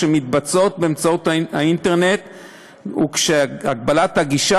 שמתבצעות באמצעות האינטרנט וכשהגבלת הגישה